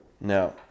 Now